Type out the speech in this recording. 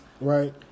Right